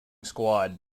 squad